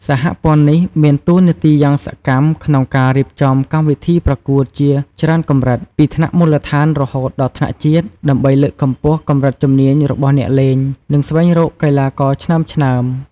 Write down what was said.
សហព័ន្ធនេះ មានតួនាទីយ៉ាងសកម្មក្នុងការរៀបចំកម្មវិធីប្រកួតជាច្រើនកម្រិត ពីថ្នាក់មូលដ្ឋានរហូតដល់ថ្នាក់ជាតិ ដើម្បីលើកកម្ពស់កម្រិតជំនាញរបស់អ្នកលេង និងស្វែងរកកីឡាករឆ្នើមៗ។